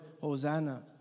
Hosanna